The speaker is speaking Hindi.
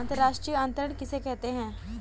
अंतर्राष्ट्रीय अंतरण किसे कहते हैं?